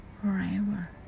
forever